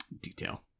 detail